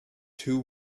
two